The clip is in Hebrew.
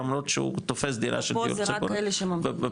למרות שהוא תופס דירה של דיור ציבורי ופה כאלה שממתינים.